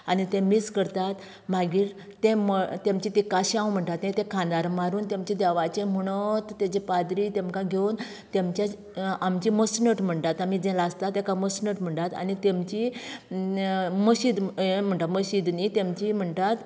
आनी तें मीस करतात मागीर तें मडें तेंमचें तें काश्यांव म्हणटा तें खांदार मारून तेंमचें देवाचें म्हणत पाद्री तेंमकां घेवन तेंचेच आमची मसणट म्हणटात आमी जें लासता तेका मसणट म्हणटात आनी तेंमची मशीद यें म्हणटात मशीद न्ही तेंमची म्हणटात